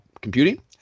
computing